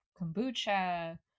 kombucha